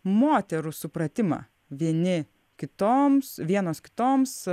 moterų supratimą vieni kitoms vienos kitoms